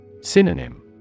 Synonym